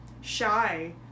shy